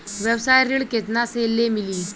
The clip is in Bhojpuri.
व्यवसाय ऋण केतना ले मिली?